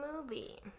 movie